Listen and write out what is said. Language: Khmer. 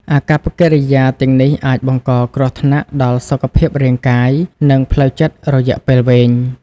អាកប្បកិរិយាទាំងនេះអាចបង្កគ្រោះថ្នាក់ដល់សុខភាពរាងកាយ និងផ្លូវចិត្តរយៈពេលវែង។